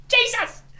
jesus